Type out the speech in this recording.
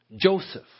Joseph